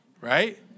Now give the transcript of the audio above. right